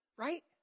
Right